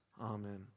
Amen